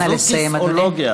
זו כיסאולוגיה.